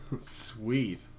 Sweet